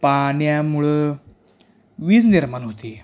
पाण्यामुळं वीज निर्माण होती